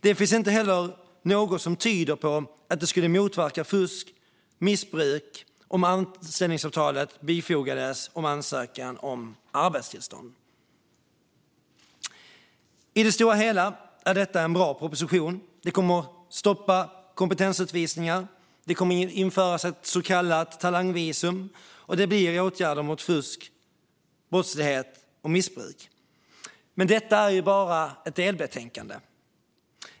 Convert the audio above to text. Det finns inte heller något som tyder på att det skulle motverka fusk och missbruk om anställningsavtalet bifogades ansökan om arbetstillstånd. I det stora hela är detta en bra proposition. Den kommer att stoppa kompetensutvisningar, det kommer att införas ett så kallat talangvisum och det kommer att införas åtgärder mot fusk, brottslighet och missbruk. Men detta är bara ett delbetänkande.